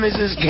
Mrs